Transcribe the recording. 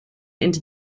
into